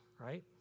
right